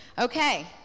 Okay